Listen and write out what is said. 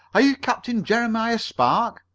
are you captain jeremiah spark?